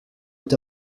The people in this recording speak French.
est